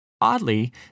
Oddly